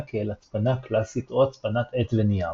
כאל הצפנה קלאסית או הצפנת 'עט ונייר'.